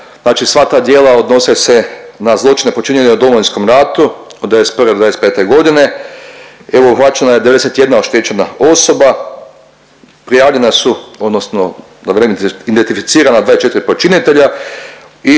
Znači sva ta djela odnose se na zločine počinjene u Domovinskom ratu od '91. do '95. g. Evo, uhvaćena je 91 oštećena osoba, prijavljena su odnosno .../Govornik se ne razumije./... identificirana 24 počinitelja i